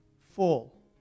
full